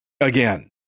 again